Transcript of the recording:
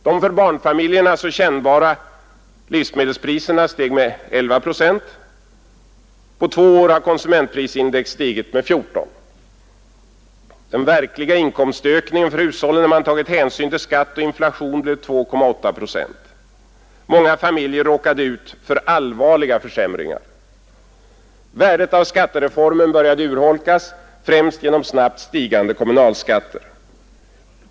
De för barnfamiljerna så kännbara livsmedelspriserna steg med 11 procent. På två år har konsumentprisindex stigit med 14 procent. Den verkliga inkomstökningen för hushållen, när man tagit hänsyn till skatt och inflation, blev 2,8 procent. Många familjer råkade ut för allvarliga försämringar. Värdet av skattereformen började urholkas, främst genom snabbt stigande kommunalskatter.